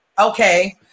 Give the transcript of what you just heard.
Okay